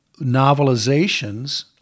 novelizations